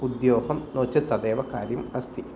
उद्योगं नो चेत् तदेव कार्यम् अस्ति